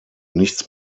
nichts